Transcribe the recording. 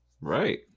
Right